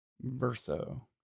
Verso